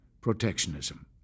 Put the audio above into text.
protectionism